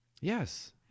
Yes